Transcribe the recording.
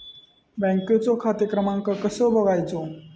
बँकेचो खाते क्रमांक कसो बगायचो?